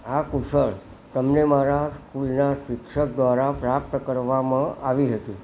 આ કુશળતા મને મારા સ્કૂલના શિક્ષક દ્વારા પ્રાપ્ત કરવામાં આવી હતી